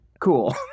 Cool